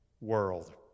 world